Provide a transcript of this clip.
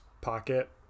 pocket